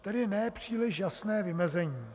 Tedy nepříliš jasné vymezení.